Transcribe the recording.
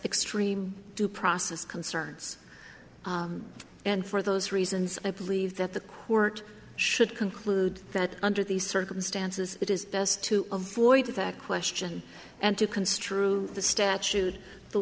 extreme due process concerns and for those reasons i believe that the court should conclude that under these circumstances it is best to avoid that question and to construe the statute the